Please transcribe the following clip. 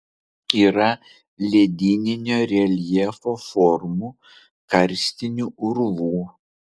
yra ledyninio reljefo formų karstinių urvų